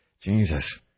Jesus